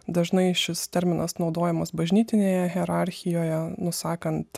dažnai šis terminas naudojamas bažnytinėje hierarchijoje nusakant